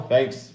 Thanks